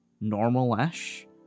normal-ish